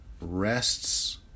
rests